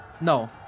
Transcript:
No